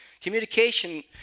Communication